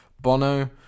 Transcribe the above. Bono